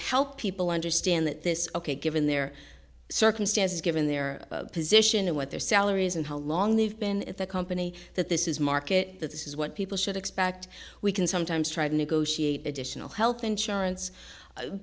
help people understand that this ok given their circumstances given their position and what their salaries and how long they've been at the company that this is market that this is what people should expect we can sometimes try to negotiate additional health insurance